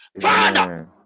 Father